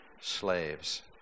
slaves